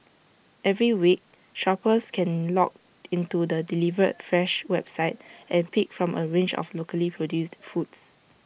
every week shoppers can log into the delivered fresh website and pick from A range of locally produced foods